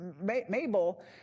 Mabel